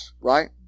Right